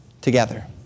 together